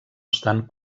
estan